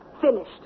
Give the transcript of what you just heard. Finished